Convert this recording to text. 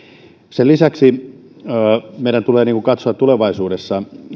sen lisäksi meidän tulee katsoa tulevaisuudessa